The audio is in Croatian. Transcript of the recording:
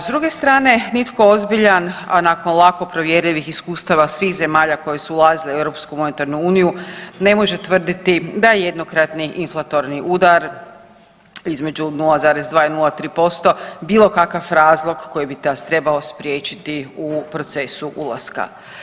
S druge strane nitko ozbiljan, a nakon lako provjerljivih iskustava svih zemalja koje su ulazile u Europsku monetarnu uniju ne može tvrditi da je jednokratni inflatorni udar između 0,2 i 0,3% bilo kakav razlog koji bi nas trebao spriječiti u procesu ulaska.